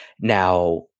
now